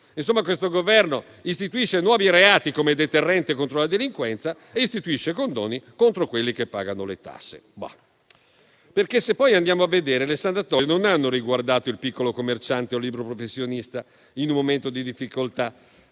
Insomma, questo Governo istituisce nuovi reati come deterrente contro la delinquenza e istituisce condoni contro quelli che pagano le tasse, perché se poi andiamo a vedere le sanatorie non hanno riguardato il piccolo commerciante o il libero professionista in un momento di difficoltà.